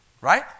Right